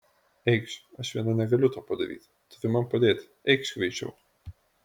eikš aš viena negaliu to padaryti turi man padėti eikš greičiau